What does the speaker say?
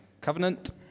Covenant